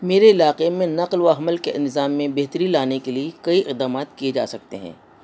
میرے علاقے میں نقل و حمل کے ان نظام میں بہتری لانے کے لیے کئی اقدامات کیے جا سکتے ہیں